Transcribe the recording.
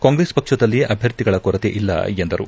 ಕಾಂಗ್ರೆಸ್ ಪಕ್ಷದಲ್ಲಿ ಅಭ್ಯರ್ಥಿಗಳ ಕೊರತೆಯಲ್ಲ ಎಂದರು